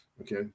Okay